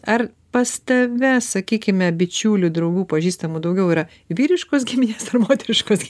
ar pas tave sakykime bičiulių draugų pažįstamų daugiau yra vyriškos giminės ar moteriškos